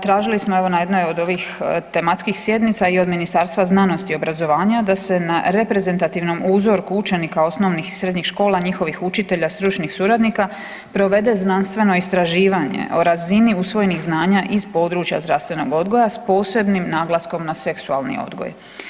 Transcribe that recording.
Tražili smo evo na jednoj od ovih tematskih sjednica i od Ministarstva znanosti i obrazovanja da se reprezentativnom uzroku učenika osnovnih i srednjih škola, njihovih učitelja stručnih suradnika provede znanstveno istraživanje o razini usvojenih znanja iz područja zdravstvenog odgoja s posebnim naglaskom na seksualni odgoj.